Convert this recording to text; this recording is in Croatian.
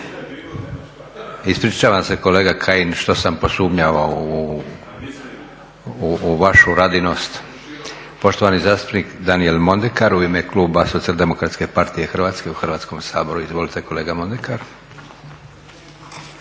Ispričavam se kolega Kajin što sam posumnjao u vašu radinost. Poštovani zastupnik Daniel Mondekar u ime kluba SDP-a Hrvatske u Hrvatskome saboru. Izvolite kolega Mondekar.